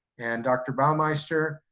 and dr. bauermeister,